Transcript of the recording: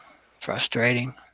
frustrating